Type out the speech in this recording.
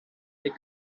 des